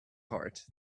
heart